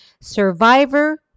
survivor